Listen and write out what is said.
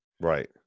Right